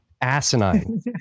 asinine